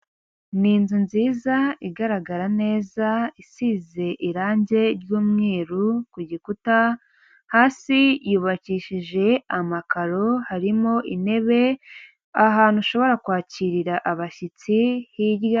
Ni inzu nziza igaragara neza, isize irangi ry'umweru ku gikuta, hasi yubakishije amakaro, harimo intebe, ahantu ushobora kwakirira abashyitsi hirya.